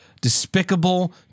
despicable